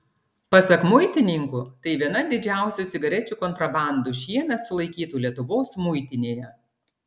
pasak muitininkų tai viena didžiausių cigarečių kontrabandų šiemet sulaikytų lietuvos muitinėje